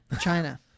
China